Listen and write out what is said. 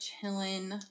chilling